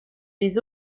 les